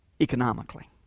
Economically